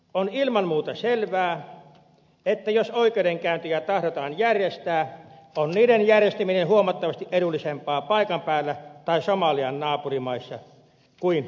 on ilman muuta selvää että jos oikeudenkäyntejä tahdotaan järjestää on niiden järjestäminen huomattavasti edullisempaa paikan päällä tai somalian naapurimaissa kuin euroopassa